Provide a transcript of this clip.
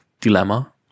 dilemma